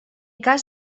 cas